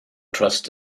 trust